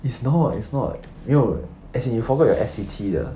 it's no it's not 没有 as in you forgot your S_C_T 的